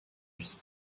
vie